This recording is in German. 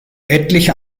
etliche